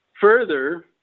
Further